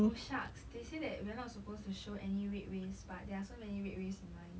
oh shucks they say that we're not supposed to show any red waves but there are so many red waves in mine